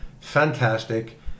fantastic